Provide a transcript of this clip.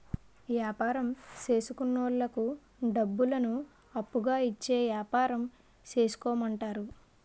యాపారం చేసుకున్నోళ్లకు డబ్బులను అప్పుగా ఇచ్చి యాపారం చేసుకోమంటారు